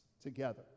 together